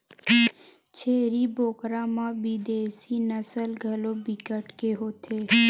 छेरी बोकरा म बिदेसी नसल घलो बिकट के होथे